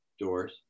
Doors